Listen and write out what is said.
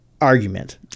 argument